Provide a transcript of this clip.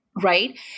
Right